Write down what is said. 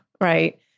Right